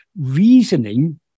reasoning